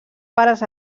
pares